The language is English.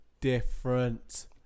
different